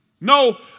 No